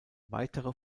weitere